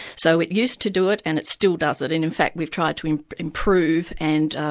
so it used to do it and it still does it, and in fact we've tried to improve and